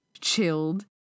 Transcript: chilled